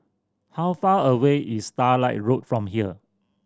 how far away is Starlight Road from here